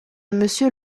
monsieur